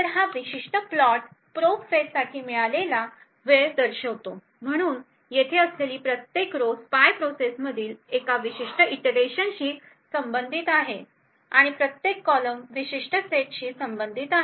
तर हा विशिष्ट प्लॉट प्रोब फेझ साठी मिळालेला वेळ दर्शवितो म्हणून येथे असलेली प्रत्येक रो स्पाय प्रोसेस मधील एका विशिष्ट इटरेशनशी संबंधित आहे आणि प्रत्येक कॉलम विशिष्ट सेटशी संबंधित आहे